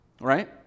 right